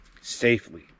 safely